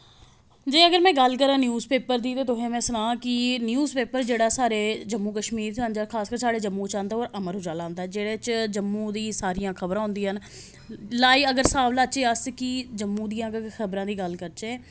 जेकर में गल्ल करांऽ न्यूज़ पेपर दी ते तुसें गी में सनांऽ कि न्यूज़ पेपर जेह्ड़ा साढ़े जम्मू कश्मीर च आंदा खासकर साढ़े जम्मू च आंदा ओह् अमर उजाला जेह्दे च जम्मू दी सारियां खबरां होंदियां न लाई अगर स्हाब लाचै अस जम्मू दि'यां खबरां दी गल्ल करचै